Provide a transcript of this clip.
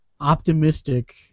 optimistic